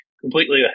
completely